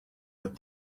what